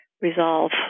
resolve